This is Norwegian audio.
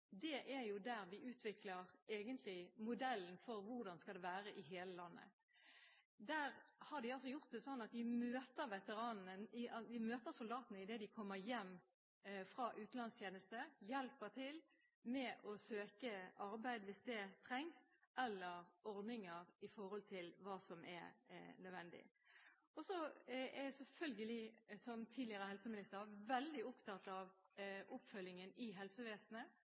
er modell for hvordan det skal være i hele landet. Der har de gjort det sånn at de møter soldatene idet de kommer hjem fra utenlandstjeneste og hjelper til med å søke arbeid – hvis det trengs – eller andre ordninger som er nødvendige. Som tidligere helseminister er jeg selvfølgelig veldig opptatt av oppfølgingen i helsevesenet.